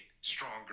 stronger